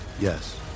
Yes